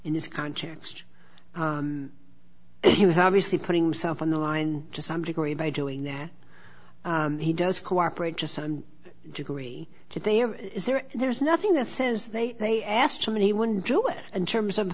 in this context he was obviously putting himself on the line to some degree by doing that he does cooperate to some degree but there is there there is nothing that says they they asked him and he wouldn't do it in terms of